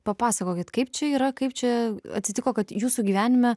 papasakokit kaip čia yra kaip čia atsitiko kad jūsų gyvenime